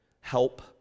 help